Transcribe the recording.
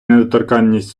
недоторканність